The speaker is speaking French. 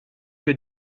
que